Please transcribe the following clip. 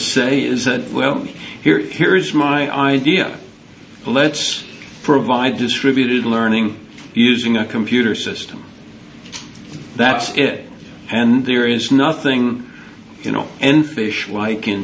say is that well here here's my idea let's provide distributed learning using a computer system that's it and there is nothing you know and fish like in